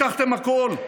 לקחתם הכול.